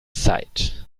zeit